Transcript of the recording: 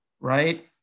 right